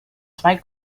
zwei